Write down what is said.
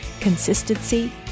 consistency